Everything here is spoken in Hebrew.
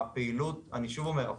אני שוב אומר,